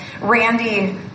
Randy